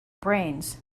brains